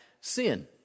sin